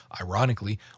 ironically